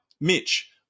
Mitch